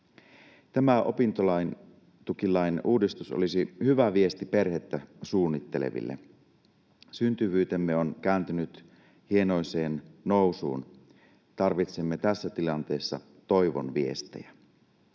Tämä opintotukilain uudistus olisi hyvä viesti perhettä suunnitteleville. Syntyvyytemme on kääntynyt hienoiseen nousuun. Tarvitsemme tässä tilanteessa toivon viestejä.